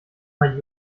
mal